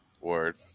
Word